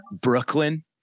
Brooklyn